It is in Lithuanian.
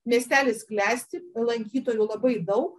miestelis klesti lankytojų labai daug